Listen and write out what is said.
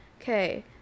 Okay